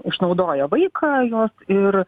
išnaudoja vaiką jos ir